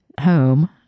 home